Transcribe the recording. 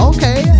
Okay